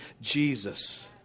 Jesus